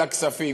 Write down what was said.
של הכספים,